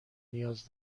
نیاز